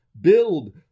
build